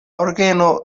orgeno